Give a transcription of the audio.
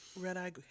red-eye